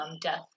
death